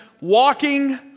walking